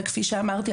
וכפי שאמרתי,